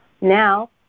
Now